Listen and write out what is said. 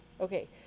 okay